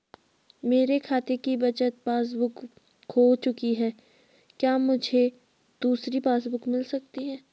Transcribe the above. मेरे खाते की बचत पासबुक बुक खो चुकी है क्या मुझे दूसरी पासबुक बुक मिल सकती है?